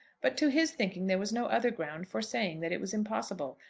but to his thinking there was no other ground for saying that it was impossible.